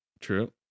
true